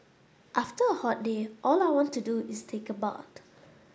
after a hot day all I want to do is take a bath